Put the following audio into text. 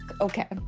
Okay